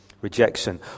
rejection